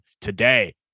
today